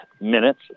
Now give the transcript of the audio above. minutes